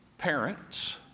Parents